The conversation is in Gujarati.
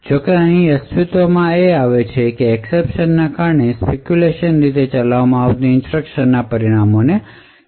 જો કે અહીં અસ્તિત્વમાં છે તેવા એકસેપશન ને કારણે સ્પેકયુલેશન રીતે ચલાવવામાં આવતી ઇન્સટ્રકશન ના પરિણામો કાઢી નાખવામાં આવશે